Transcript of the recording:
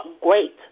great